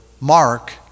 Mark